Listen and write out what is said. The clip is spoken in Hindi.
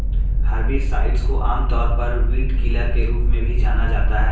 हर्बिसाइड्स को आमतौर पर वीडकिलर के रूप में भी जाना जाता है